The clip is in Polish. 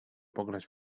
pograć